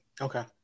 Okay